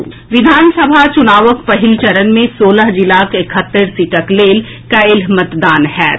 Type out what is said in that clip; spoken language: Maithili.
मतदान तैयारी विधानसभा चुनावक पहिल चरण मे सोलह जिलाक एकहत्तरि सीटक लेल काल्हि मतदान होयत